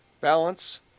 balance